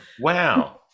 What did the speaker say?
Wow